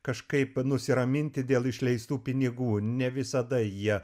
kažkaip nusiraminti dėl išleistų pinigų ne visada jie